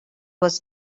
was